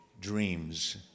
dreams